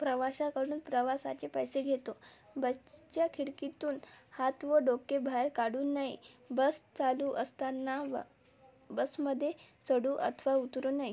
प्रवाशाकडून प्रवासाचे पैसे घेतो बसच्या खिडकीतून हात व डोके बाहेर काढू नये बस चालू असताना व् बसमध्ये चढू अथवा उतरू नये